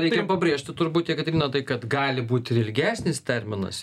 reikia pabrėžti turbūt jakaterina tai kad gali būt ir ilgesnis terminas